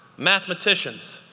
mathematicians,